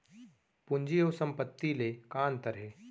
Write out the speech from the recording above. पूंजी अऊ संपत्ति ले का अंतर हे?